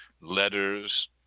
letters